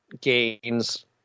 gains